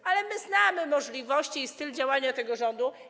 My jednak znamy możliwości i styl działania tego rządu.